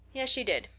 yes, she did,